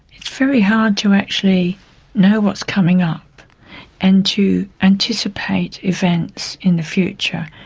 it's very hard to actually know what's coming up and to anticipate events in the future.